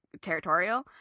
territorial